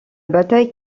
bataille